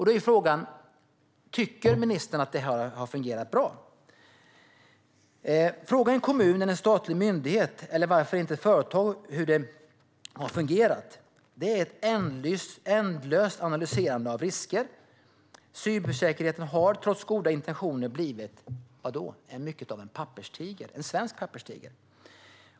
Då är frågan: Tycker ministern att detta har fungerat bra? Fråga en kommun, en statlig myndighet eller varför inte ett företag hur detta har fungerat! Det är ett ändlöst analyserande av risker. Cybersäkerheten har, trots regeringens goda intentioner, blivit mycket av en papperstiger - en svensk papperstiger.